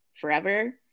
forever